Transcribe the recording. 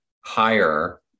higher